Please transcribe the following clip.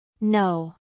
No